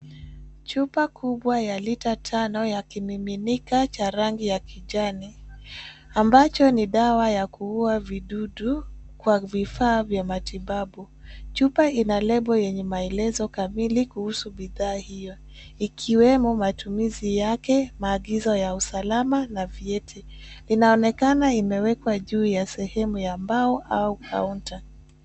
Chupa kubwa ya lita tano ya kimiminika cha rangi ya kijani ambacho ni dawa ya kuua vidudu kwa vifaa vya matibabu. Chupa ina lebo yenye maelezo kama vile kuhusu bidhaa hiyo ikiwemo matumizi yake, maagizo ya usalama na vyeti. Inaonekana imewekwa juu ya sehemu ya mbao au kaunta.